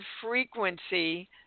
frequency